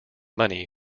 money